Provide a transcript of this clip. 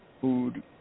food